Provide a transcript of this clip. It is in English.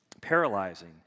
paralyzing